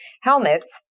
helmets